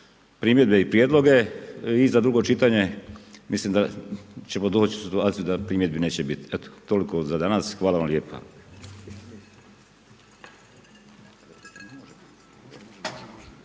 primjedbe i prijedloge i za drugo čitanje, mislim da ćemo doći u situaciju da primjedbi neće biti. Toliko za danas, hvala vam lijepo.